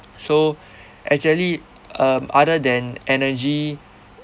so actually um other than energy